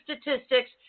statistics